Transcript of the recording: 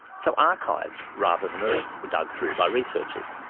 so archives, rather than earth, were dug through by researchers,